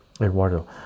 Eduardo